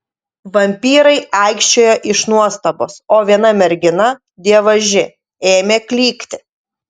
vampyrai aikčiojo iš nuostabos o viena mergina dievaži ėmė klykti